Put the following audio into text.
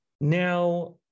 Now